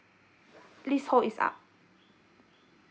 leasehold is up